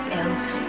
else